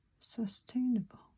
sustainable